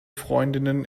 freundinnen